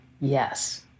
yes